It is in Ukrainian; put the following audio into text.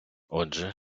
отже